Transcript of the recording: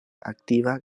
aktiva